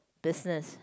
business